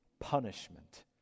punishment